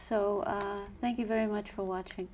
so thank you very much for watching